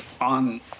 on